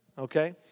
Okay